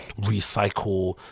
recycle